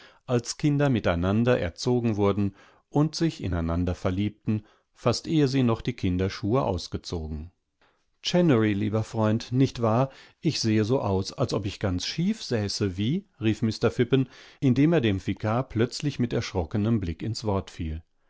als kinder miteinander erzogen wurden und sich ineinander verliebten fast ehe sie noch die kinderschuheausgezogen chennery lieber freund nicht wahr ich sehe so aus als ob ich ganz schief säße wie riefmr phippen indemerdemvikarplötzlichmiterschrockenemblickinswort fiel